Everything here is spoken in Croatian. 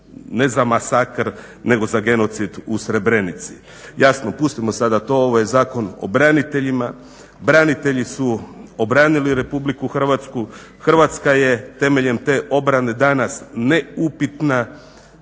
ne za masakr nego za genocid u Srebrenici. Jasno, pustimo sada to, ovo je Zakon o braniteljima. Branitelji su obranili RH, Hrvatska je temeljem te obrane danas ne upitna,